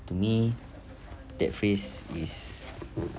to me that phrase is